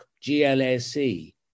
G-L-A-C